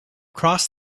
crossed